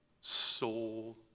soul